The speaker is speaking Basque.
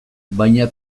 baina